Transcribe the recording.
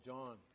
John